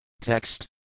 Text